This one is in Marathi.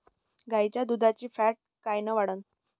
गाईच्या दुधाची फॅट कायन वाढन?